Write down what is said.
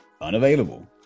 unavailable